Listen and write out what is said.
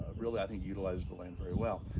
really i think utilize the land very well.